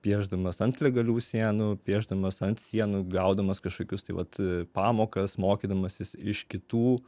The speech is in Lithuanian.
piešdamas ant legalių sienų piešdamas ant sienų gaudamas kažkokius tai vat pamokas mokydamasis iš kitų